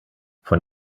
von